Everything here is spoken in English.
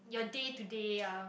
your day to day um